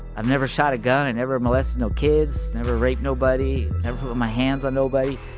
i've never shot a gun. i never molested no kids, never raped nobody, never put my hands on nobody.